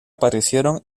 aparecieron